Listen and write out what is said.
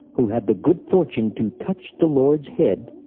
who had the good fortune to touch the lord's head,